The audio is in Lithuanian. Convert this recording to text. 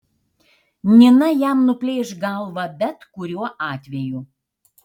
nina jam nuplėš galvą bet kuriuo atveju